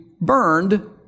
burned